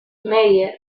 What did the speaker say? meyer